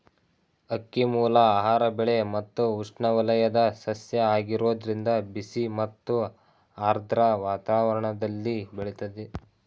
ಅಕ್ಕಿಮೂಲ ಆಹಾರ ಬೆಳೆ ಮತ್ತು ಉಷ್ಣವಲಯದ ಸಸ್ಯ ಆಗಿರೋದ್ರಿಂದ ಬಿಸಿ ಮತ್ತು ಆರ್ದ್ರ ವಾತಾವರಣ್ದಲ್ಲಿ ಬೆಳಿತದೆ